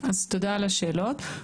תודה על השאלות.